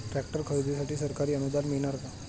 Tractor खरेदीसाठी सरकारी अनुदान मिळणार का?